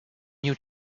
new